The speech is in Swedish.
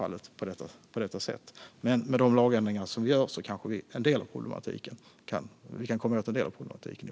Men, som sagt, med de lagändringar vi gör kanske vi kan komma åt en del av problematiken.